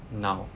now